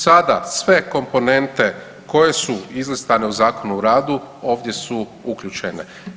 Sada sve komponente koje su izlistane u Zakonu o radu ovdje su uključene.